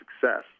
success